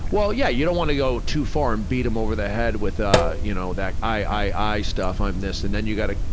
well, yeah, you don't want to go too far and beat them over the head with ah you know that i, i, i stuff, i'm this, and then you gotta,